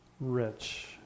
rich